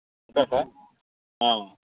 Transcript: ఉందా సార్